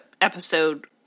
episode